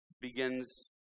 begins